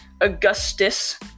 Augustus